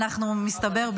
מסתבר,